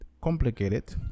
complicated